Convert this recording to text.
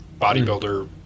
bodybuilder